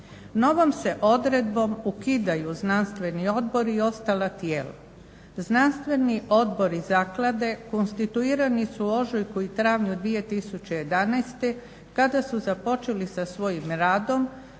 Novom se odredbom ukidaju znanstveni odbori i ostala tijela. Znanstveni odbori zaklade konstituirani su u ožujku i travnju 2011. Kada su započeli sa svojim radom,